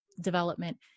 development